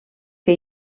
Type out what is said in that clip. que